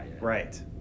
Right